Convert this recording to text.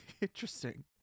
Interesting